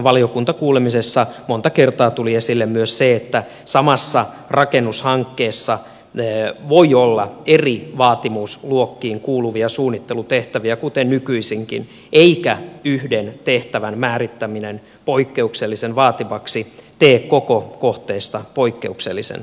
valiokuntakuulemisessa monta kertaa tuli esille myös se että samassa rakennushankkeessa voi olla eri vaativuusluokkiin kuuluvia suunnittelutehtäviä kuten nykyisinkin eikä yhden tehtävän määrittäminen poikkeuksellisen vaativaksi tee koko kohteesta poikkeuksellisen vaativaa